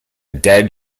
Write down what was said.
dead